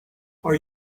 are